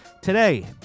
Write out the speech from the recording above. Today